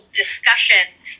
discussions